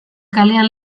kalean